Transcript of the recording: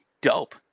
dope